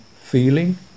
feeling